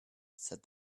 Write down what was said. said